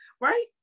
Right